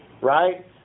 right